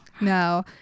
No